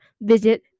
visit